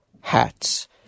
hats